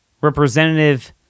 representative